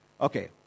Okay